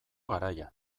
garaia